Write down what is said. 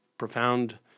profound